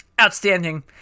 Outstanding